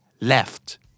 left